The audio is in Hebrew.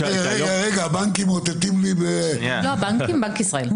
הבנקים מאותתים לי --- לא הבנקים, בנק ישראל.